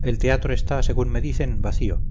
el teatro está según me dicen vacío